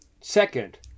Second